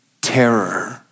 Terror